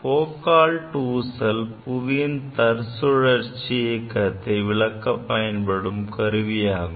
Foucault ஊசல் புவியின் தற்சுழற்சி இயக்கத்தை விளக்க பயன்படும் கருவியாகும்